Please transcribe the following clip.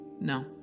No